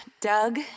Doug